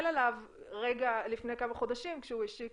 עליו רגע לפני כמה חודשים כשהוא השיק